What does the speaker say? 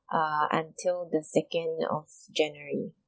err until the second of january